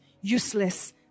Useless